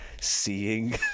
seeing